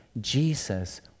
Jesus